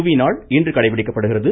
புவிநாள் இன்று கடைபிடிக்கப்படுகிறது